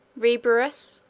reburrus,